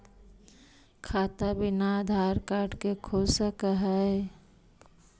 खाता बिना आधार कार्ड के खुल सक है?